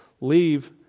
leave